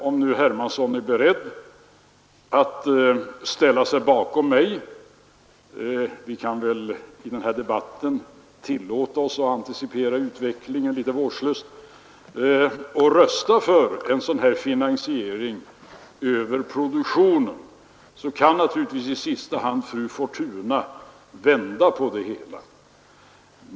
Om herr Hermansson nu är beredd att ställa sig bakom mig — vi kan väl i denna debatt tillåta oss att antecipera utvecklingen litet vårdslöst — och rösta för en sådan här finansiering över produktionen, kan naturligtvis fru Fortuna i sista hand vända på det hela.